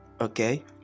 Okay